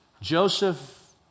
Joseph